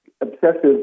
obsessive